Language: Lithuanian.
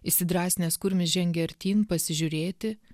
įsidrąsinęs kurmis žengia artyn pasižiūrėti